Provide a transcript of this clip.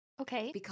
Okay